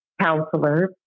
counselor